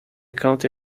county